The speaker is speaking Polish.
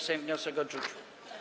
Sejm wniosek odrzucił.